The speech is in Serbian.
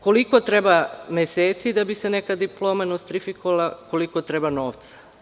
Koliko treba meseci da bi se neka diploma nostrifikovala, koliko treba novca?